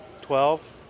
twelve